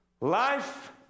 Life